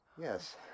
Yes